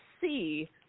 see